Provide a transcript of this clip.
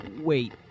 Wait